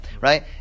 right